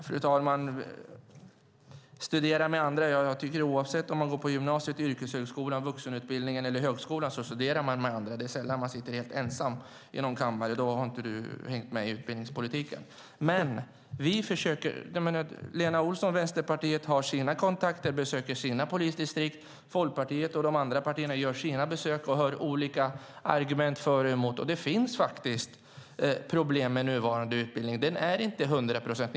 Fru talman! Oavsett om man går på gymnasiet, yrkeshögskolan, vuxenutbildningen eller högskolan studerar man med andra. Det är sällan man sitter ensam på sin kammare. I så fall har Lena Olsson inte hängt med i utbildningspolitiken. Lena Olsson och Vänsterpartiet har sina kontakter, besöker sina polisdistrikt. Folkpartiet och de andra partierna gör sina besök och hör argument för och emot. Det finns problem med den nuvarande utbildningen. Den är inte hundraprocentig.